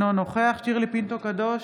אינו נוכח שירלי פינטו קדוש,